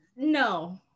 no